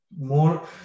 more